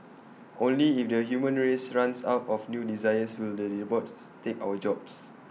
only if the human race runs out of new desires will the robots take our jobs